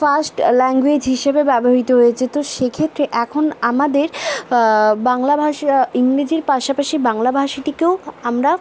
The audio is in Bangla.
ফার্স্ট ল্যাঙ্গুয়েজ হিসেবে ব্যবহৃত হয়েছে তো সেক্ষেত্রে এখন আমাদের বাংলা ভাষা ইংরেজির পাশাপাশি বাংলা ভাষাটিকেও আমরা